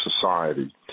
society